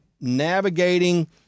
navigating